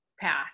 path